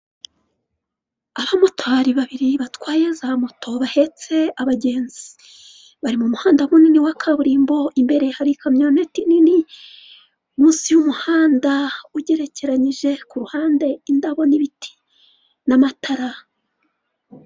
Abamotari babiri batwaye za moto bahetse abagenzi, bari mu muhanda munini wa kaburimbo, imbere hari ikamyoneti nini, munsi y'umuhanda ugerekeranyije, ku ruhande indabo n'ibiti n'amatara.